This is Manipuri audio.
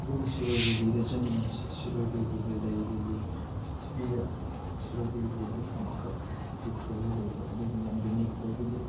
ꯑꯗꯨꯒ ꯁꯤꯔꯣꯏ ꯂꯤꯂꯤꯗ ꯆꯠꯅꯤꯡꯕꯁꯦ ꯁꯤꯔꯣꯏ ꯂꯤꯂꯤꯒꯤ ꯂꯩ ꯂꯤꯂꯤ ꯄꯔꯤꯊ꯭ꯔꯤꯕꯤꯗ ꯁꯤꯔꯣꯏ ꯂꯤꯂꯤ ꯑꯗꯨꯅ ꯑꯃꯈꯛ ꯎꯈ꯭ꯔꯨꯜꯗ ꯂꯩꯕ ꯑꯗꯨꯒꯤ ꯌꯥꯝ ꯌꯨꯅꯤꯛ ꯑꯣꯏꯕꯒꯤ